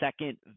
second